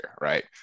Right